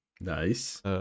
Nice